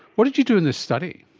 what did you do in this study?